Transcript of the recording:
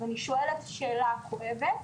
אז אני שואלת שאלה כואבת: